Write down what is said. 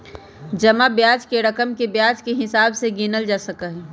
जमा ब्याज के रकम के ब्याज के हिसाब से गिनल जा सका हई